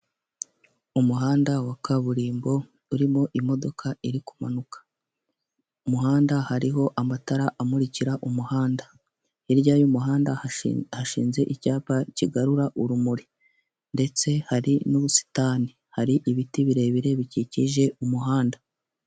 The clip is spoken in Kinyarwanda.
Umuhanda wa kaburimbo urimo imodoka iri kumanuka, umuhanda hariho amatara amurikira umuhanda, hirya y'umuhanda hashinze icyapa kigarura urumuri ndetse hari n'ubusitani, hari ibiti birebire bikikije umuhanda.